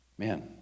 Man